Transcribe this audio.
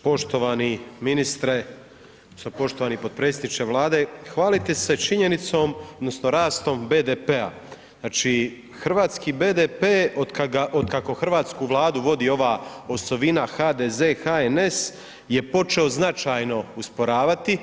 Poštovani ministre, odnosno poštovani potpredsjedniče Vlade, hvalite se činjenicom, odnosno rastom BDP-a, znači hrvatski BDP, otkako hrvatsku Vladu vodi ova osovina HDZ i HNS je počeo značajno usporavati.